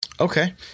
Okay